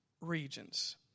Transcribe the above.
regions